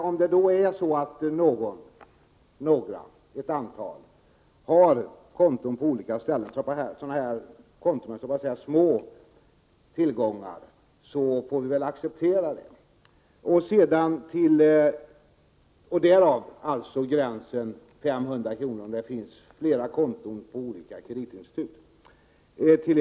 Om ett antal personer har konton med små tillgångar får vi väl acceptera det och därav acceptera gränsen 500 kr. för flera konton på olika kreditinstitut.